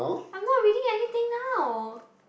I'm not reading anything now